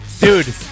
Dude